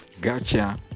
gotcha